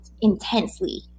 Intensely